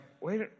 wait